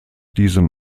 diesem